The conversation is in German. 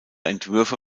entwürfe